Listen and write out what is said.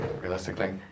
realistically